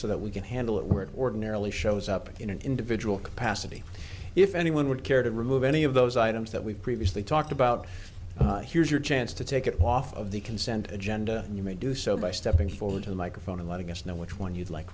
so that we can handle it were ordinarily shows up in an individual capacity if anyone would care to remove any of those items that we previously talked about here's your chance to take it off of the consent agenda and you may do so by stepping forward to the microphone a lot of us know which one you'd like